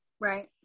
right